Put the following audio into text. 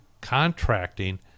contracting